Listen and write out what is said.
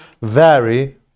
Vary